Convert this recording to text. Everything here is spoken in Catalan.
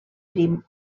prim